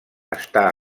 està